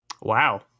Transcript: Wow